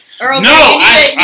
No